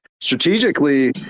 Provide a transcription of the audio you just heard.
strategically